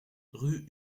rue